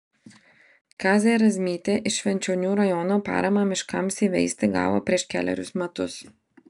kazė razmytė iš švenčionių rajono paramą miškams įveisti gavo prieš kelerius metus